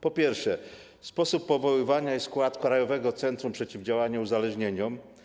Po pierwsze, chodzi o sposób powoływania i skład Krajowego Centrum Przeciwdziałania Uzależnieniom.